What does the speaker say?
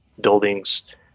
buildings